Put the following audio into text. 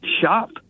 shop